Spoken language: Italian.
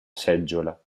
seggiola